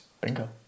Bingo